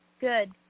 Good